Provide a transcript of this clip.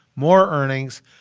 more earnings.